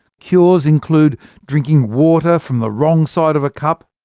cures include drinking water from the wrong side of a cup,